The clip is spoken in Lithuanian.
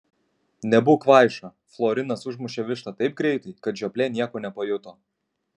nebūk kvaiša florinas užmušė vištą taip greitai kad žioplė nieko nepajuto